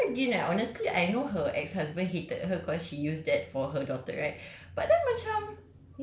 I can't use it but then again eh honestly I know her ex-husband hated her cause she used that for her daughter right